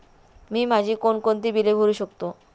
मी माझी कोणकोणती बिले भरू शकतो?